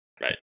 right